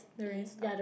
you are in stalk